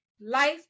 life